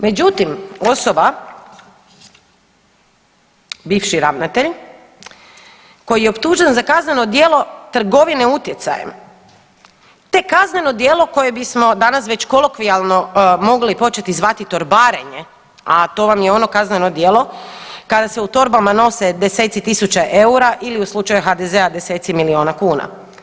Međutim, osoba, bivši ravnatelj koji je optužen za kazneno djelo trgovine utjecajem te kazneno djelo koje bismo danas već kolokvijalno mogli početi zvati torbarenje, a to vam je ono kazneno djelo kada se u torbama nose deseci tisuća eura, ili u slučaju HDZ-a deseci milijuna kuna.